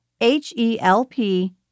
H-E-L-P